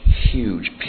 huge